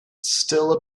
still